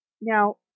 Now